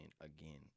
again